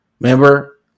Remember